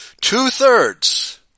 Two-thirds